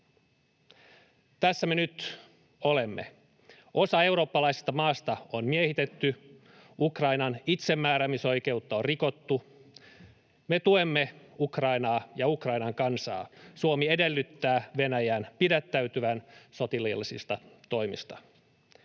Tässä me nyt olemme. Osa eurooppalaisesta maasta on miehitetty. Ukrainan itsemääräämisoikeutta on rikottu. Me tuemme Ukrainaa ja Ukrainan kansaa. Suomi edellyttää Venäjän pidättäytyvän sotilaallisista toimista.